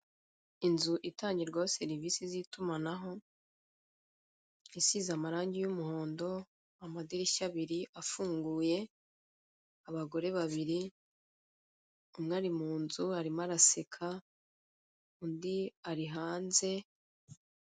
Inzu itangirwamo serivise z'itumanaho isize amarange y'umuhondo, amadirishya abiri afunguye, abagore babiri umwe ari mu nzu arimo araseka undi ari hanze.